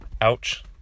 Ouch